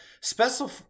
Special